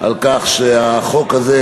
על כך שהחוק הזה,